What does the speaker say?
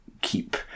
keep